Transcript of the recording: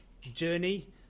journey